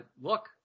look